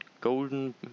golden